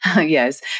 Yes